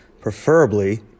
preferably